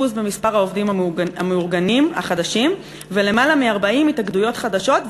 במספר העובדים המאורגנים החדשים ולמעלה מ-40 התאגדויות חדשות,